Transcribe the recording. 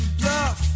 bluff